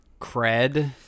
cred